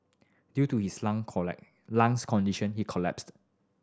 due to his lung lung's condition he collapsed